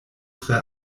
tre